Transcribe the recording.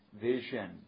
vision